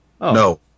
No